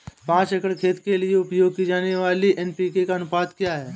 पाँच एकड़ खेत के लिए उपयोग की जाने वाली एन.पी.के का अनुपात क्या है?